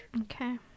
Okay